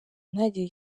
ntagire